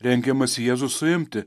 rengiamasi jėzų suimti